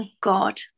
God